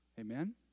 Amen